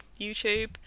YouTube